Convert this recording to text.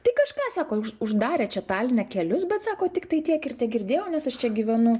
tai kažką sako už uždarė čia taline kelius bet sako tiktai tiek ir tegirdėjau nes aš čia gyvenu